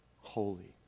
holy